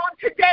today